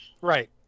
Right